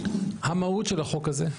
המהות של החוק הזה,